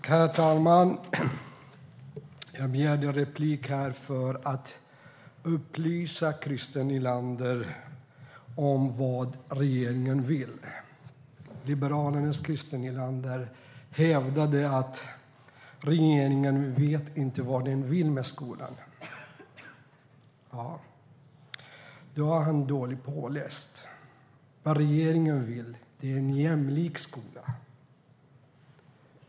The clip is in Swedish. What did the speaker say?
Herr talman! Jag begärde replik för att upplysa Christer Nylander om vad regeringen vill. Liberalernas Christer Nylander hävdade att regeringen inte vet vad den vill med skolan. Då är han dåligt påläst. Vad regeringen vill är att ha en jämlik skola.